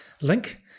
link